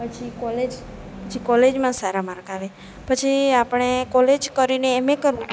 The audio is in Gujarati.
પછી કોલેજ પછી કોલેજમાં સારા માર્કસ આવે પછી આપણે કોલેજ કરીને એમએ કરવું પડે